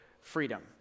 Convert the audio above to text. freedom